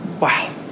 Wow